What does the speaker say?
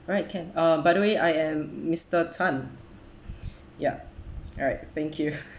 alright can uh by the way I am mister Tan ya alright thank you